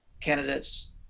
candidates